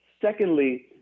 Secondly